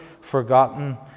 forgotten